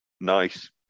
nice